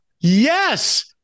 Yes